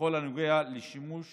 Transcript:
בכל הנוגע לשימוש